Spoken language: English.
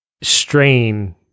strain